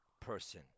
person